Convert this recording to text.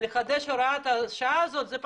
לחדש את הוראת השעה הזו.